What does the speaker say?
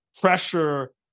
pressure